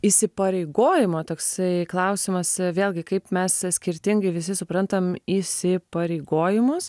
įsipareigojimo toksai klausimas vėlgi kaip mes skirtingai visi suprantam įsipareigojimus